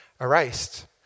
erased